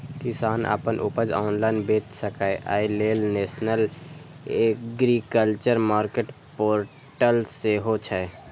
किसान अपन उपज ऑनलाइन बेच सकै, अय लेल नेशनल एग्रीकल्चर मार्केट पोर्टल सेहो छै